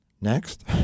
Next